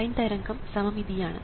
sign തരംഗം സമമിതിയാണ്